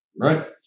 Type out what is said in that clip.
Right